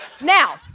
now